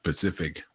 Pacific